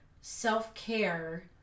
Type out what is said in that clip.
self-care